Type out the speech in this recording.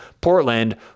Portland